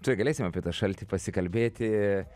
čia galėsim apie tą šaltį pasikalbėti